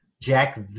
Jack